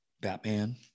batman